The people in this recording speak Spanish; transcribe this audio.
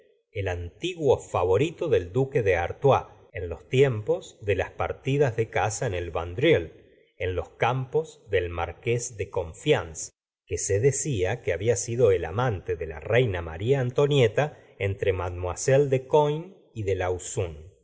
el antiguo favorito del duque de artois en los tiempos de las partidas de caza en el vandreuil en los campos del marqués de conflans que sé decía que había sido el amante de la reina maría antonieta entre mm de coigny y de